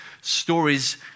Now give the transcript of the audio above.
stories